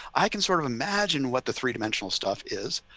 i can sort of imagine what the three dimensional stuff is.